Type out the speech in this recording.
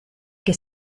che